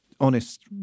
honest